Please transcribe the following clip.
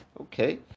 Okay